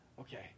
okay